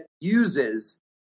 uses